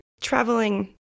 Traveling